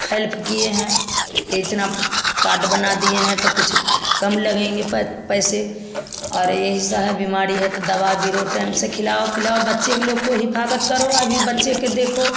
half किए हैं इतना प कार्ड बना दिए हैं तो कुछ कम लगेंगे पैसे और यही सब है बीमारी है तो दवा बीरो टैम से खिलाओ पिलाओ बच्चे लोग को हिफागद करो अभी बच्चे के देखो